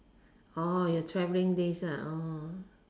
orh your traveling days ah orh